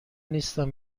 نیستم